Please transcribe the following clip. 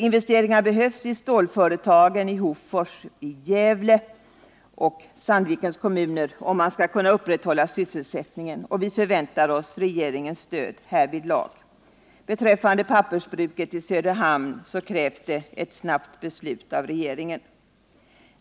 Investeringar behövs i stålföretagen i Hofors, Gävle och Sandvikens kommuner, om man skall kunna upprätthålla sysselsättningen. Vi förväntar oss regeringens stöd härvidlag. Beträffande pappersbruket i Söderhamn krävs ett snabbt beslut av regeringen.